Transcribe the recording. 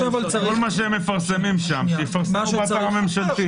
כל מה שהם מפרסמים שם שיפרסמו באתר הממשלתי.